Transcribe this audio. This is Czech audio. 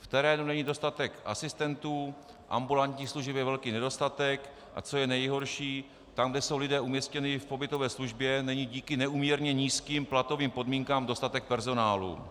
V terénu není dostatek asistentů, ambulantních služeb je velký nedostatek, a co je nejhorší, tam, kde jsou lidé umístěni v pobytové službě, není díky neúměrně nízkým platovým podmínkám dostatek personálu.